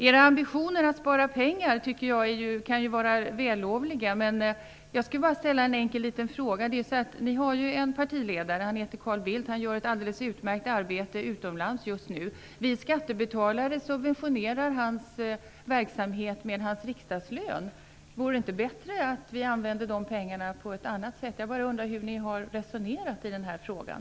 Era ambitioner att spara pengar tycker jag kan vara vällovliga, jag skulle bara vilja ställa en enkel liten fråga. Ni har en partiledare. Han heter Carl Bildt. Han gör ett alldeles utmärkt arbete utomlands just nu. Vi skattebetalare subventionerar hans verksamhet med hans riksdagslön. Vore det inte bättre att vi använde de pengarna på ett annat sätt? Jag bara undrar hur ni har resonerat i den här frågan.